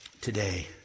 today